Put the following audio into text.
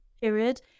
period